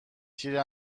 تیر